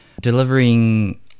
delivering